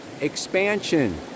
expansion